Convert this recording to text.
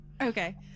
Okay